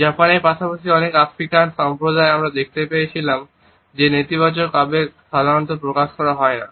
জাপানের পাশাপাশি অনেক আফ্রিকান সম্প্রদায়ে আমরা দেখতে পাই যে নেতিবাচক আবেগ সাধারণত প্রকাশ করা হয় না